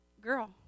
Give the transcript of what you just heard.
girl